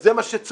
זה מה שצריך,